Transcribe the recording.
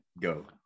go